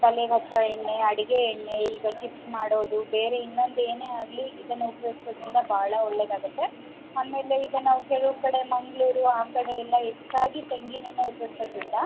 ತಲೆಗೆ ಹಚ್ಚೋ ಎಣ್ಣೆ ಅಡಿಗೆ ಎಣ್ಣೆ ಈಗ ಚಿಪ್ಸ್ ಮಾಡೋದು ಬೇರೆ ಇನ್ನೊಂದು ಏನೇ ಆಗಲಿ ಇದನ್ನು ಉಪಯೋಗ್ಸೋದ್ರಿಂದ ಬಹಳ ಒಳ್ಳೆದಾಗತ್ತೆ ಆಮೇಲೆ ಈಗ ನಾವು ಕೆಲವು ಕಡೆ ಮಂಗಳೂರು ಆ ಕಡೆ ಎಲ್ಲ ಹೆಚ್ಚಾಗಿ ತೆಂಗಿನೆಣ್ಣೆ ಉಪಯೋಗ್ಸೋದ್ರಿಂದ